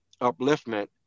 upliftment